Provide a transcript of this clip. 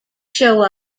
show